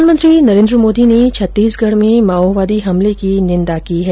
प्रधानमंत्री नरेंद्र मोदी ने छत्तीसगढ़ में माओवादी हमले की निंदा की है